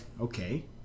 Okay